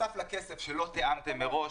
בנוסף לכסף שלא תיאמתם מראש,